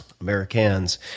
Americans